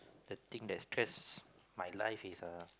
the thing that stress my life is err